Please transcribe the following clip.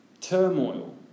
turmoil